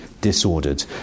disordered